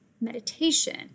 meditation